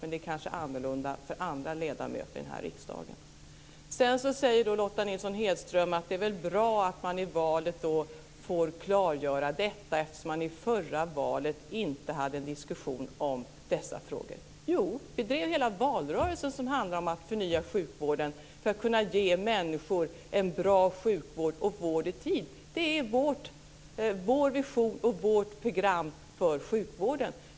Kanske är det annorlunda för andra ledamöter här i riksdagen. Lotta Nilsson-Hedström säger: Det är väl bra att man i valet får klargöra detta eftersom det i förra valet inte var någon diskussion om dessa frågor. Jo, vi drev i hela valrörelsen frågor som handlade om att förnya sjukvården; detta för att kunna ge människor en bra sjukvård och vård i tid. Det är vår vision och vårt program för sjuvården.